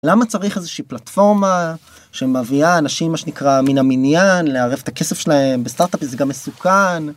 למה צריך איזושהי פלטפורמה שמביאה אנשים מה שנקרא מן המניין לערב את הכסף שלהם בסטרטאפ וזה גם מסוכן.